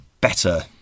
better